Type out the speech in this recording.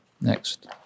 Next